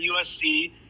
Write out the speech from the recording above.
USC